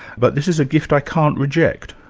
but this is a gift i can't reject.